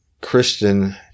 Christian